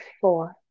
four